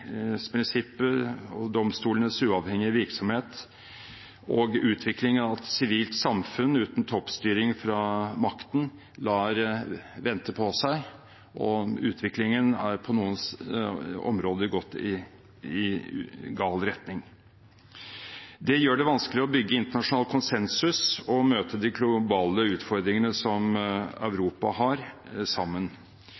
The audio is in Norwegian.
domstolenes uavhengige virksomhet og utviklingen av et sivilt samfunn uten toppstyring fra makten lar vente på seg, og utviklingen er på noen områder gått i gal retning. Det gjør det vanskelig å bygge internasjonal konsensus og å møte de globale utfordringene som